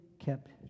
kept